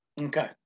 okay